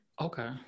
Okay